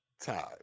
time